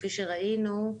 כפי שראינו,